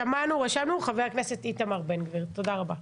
חבר הכנסת איתמר בן גביר, בבקשה.